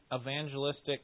evangelistic